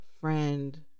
friend